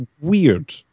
weird